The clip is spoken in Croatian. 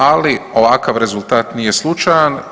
Ali ovakav rezultat nije slučajan.